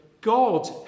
God